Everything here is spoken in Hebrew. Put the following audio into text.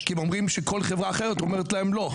כי הן אומרות שכל חברה אחרת אומרת להן לא.